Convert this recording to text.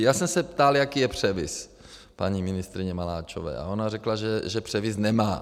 Já jsem se ptal, jaký je převis, paní ministryně Maláčové a ona řekla, že převis nemá.